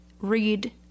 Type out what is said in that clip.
read